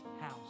house